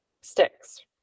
sticks